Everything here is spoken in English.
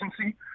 agency